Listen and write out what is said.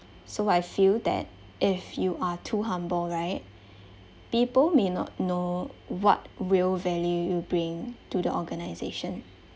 so I feel that if you are too humble right people may not know what real value you bring to the organisation